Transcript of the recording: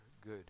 good